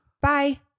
Bye